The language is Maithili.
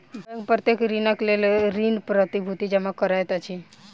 बैंक प्रत्येक ऋणक लेल ऋण प्रतिभूति जमा करैत अछि